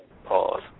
Pause